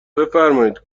بفرمایید